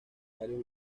varios